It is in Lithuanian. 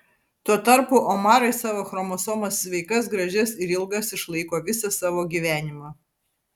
tuo tarpu omarai savo chromosomas sveikas gražias ir ilgas išlaiko visą savo gyvenimą